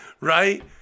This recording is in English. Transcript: Right